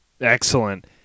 excellent